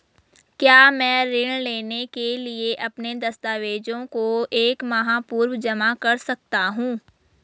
क्या मैं ऋण लेने के लिए अपने दस्तावेज़ों को एक माह पूर्व जमा कर सकता हूँ?